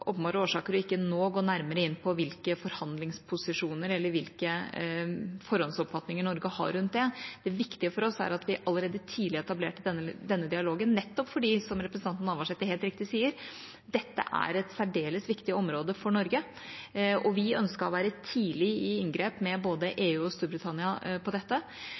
åpenbare årsaker ikke nå å gå nærmere inn på hvilke forhandlingsposisjoner eller hvilke forhåndsoppfatninger Norge har rundt det. Det viktige for oss er at vi allerede tidlig etablerte denne dialogen, nettopp fordi – som representanten Navarsete helt riktig sier – dette er et særdeles viktig område for Norge. Vi ønsket å være tidlig i inngrep med både EU og Storbritannia på dette.